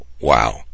wow